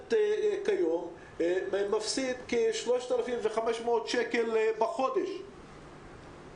שסטודנט היום מפסיד כ-3,500 שקל בחודש